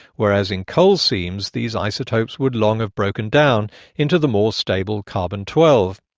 whereas in coal seams these isotopes would long have broken down into the more stable carbon twelve.